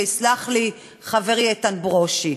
ויסלח לי חברי איתן ברושי,